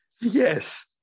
Yes